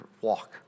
walk